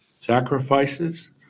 Sacrifices